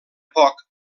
poc